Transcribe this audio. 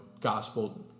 gospel